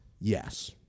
Yes